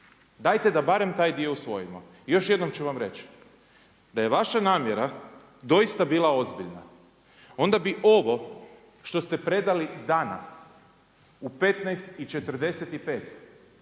dajte da barem taj dio usvojimo. I još jednom ću vam reći, da je vaša namjera doista bila ozbiljna onda bi ovo što ste predali danas u 15,45